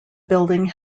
building